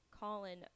Colin